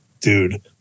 dude